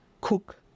cook